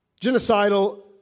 Genocidal